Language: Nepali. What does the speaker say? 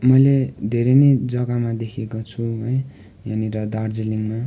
मैले धेरै नै जग्गामा देखेको छु है यहाँनिर दार्जिलिङमा